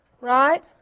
Right